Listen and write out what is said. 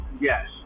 yes